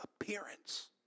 appearance